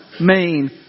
main